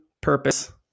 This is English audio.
purpose